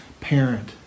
parent